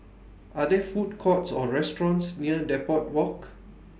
Are There Food Courts Or restaurants near Depot Walk